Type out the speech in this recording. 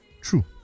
true